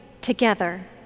together